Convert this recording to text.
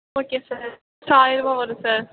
okay sir sir ஆயரூவா வரும் sir